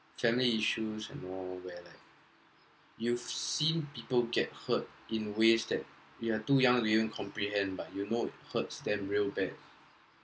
family issues and all where like you've seen people get hurt in ways that we are too young we won't comprehend but you know it hurts them real bad